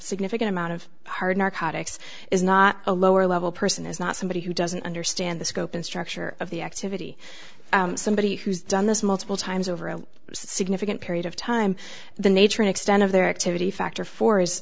significant amount of hard narcotics is not a lower level person is not somebody who doesn't understand the scope and structure of the activity somebody who's done this multiple times over a significant period of time the nature and extent of their activity factor for is